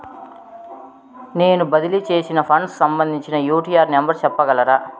నేను బదిలీ సేసిన ఫండ్స్ సంబంధించిన యూ.టీ.ఆర్ నెంబర్ సెప్పగలరా